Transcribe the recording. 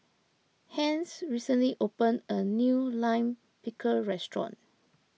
Hence recently opened a new Lime Pickle restaurant